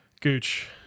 Gooch